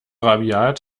rabiat